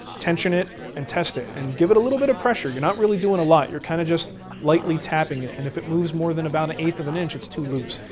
tension it, and test it. and give it a little bit of pressure, you're not really doing a lot, you're kind of lightly tapping it, and if it moves more than about an eighth of an inch, it's too loose.